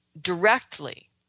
directly